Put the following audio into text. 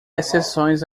exceções